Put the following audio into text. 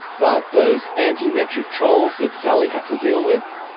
but those anti-metric trolls that sally had to deal with,